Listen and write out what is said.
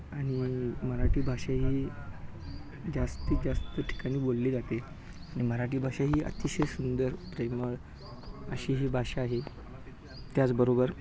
आणि मराठी भाषा ही जास्तीत जास्त ठिकाणी बोलली जाते मराठी भाषा ही अतिशय सुंदर प्रेमळ अशी ही भाषा आहे त्याचबरोबर